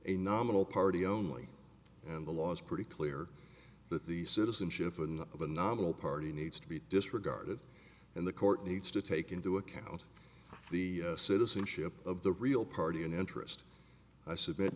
a nominal party only and the law is pretty clear that the citizenship and of a novel party needs to be disregarded and the court needs to take into account the citizenship of the real party in interest i submit